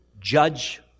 judge